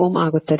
25Ω ಆಗುತ್ತದೆ